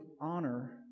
honor